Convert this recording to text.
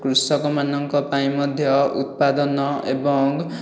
କୃଷକ ମାନଙ୍କ ପାଇଁ ମଧ୍ୟ ଉତ୍ପାଦନ ଏବଂ